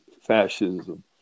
fascism